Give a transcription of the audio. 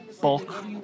bulk